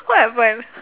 what happen